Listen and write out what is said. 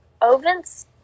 Ovens